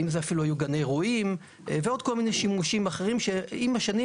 היו אפילו גני אירועים ועוד כל מיני שימושים אחרים שנלווים עם השנים